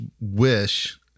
wish